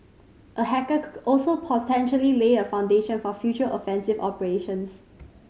a hacker could also potentially lay a foundation for future offensive operations